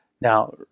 Now